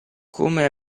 come